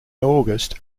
august